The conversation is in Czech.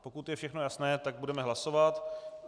Pokud je všechno jasné, tak budeme hlasovat.